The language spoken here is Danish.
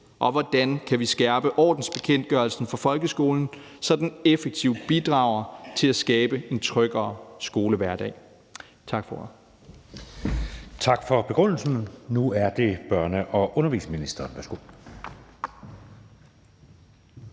og hvordan vi kan skærpe ordensbekendtgørelsen for folkeskolen, så den effektivt bidrager til at skabe en tryggere skolehverdag. Tak for ordet.